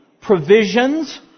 Provisions